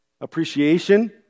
appreciation